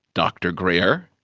dr greer.